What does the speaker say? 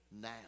now